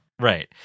Right